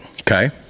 Okay